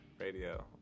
radio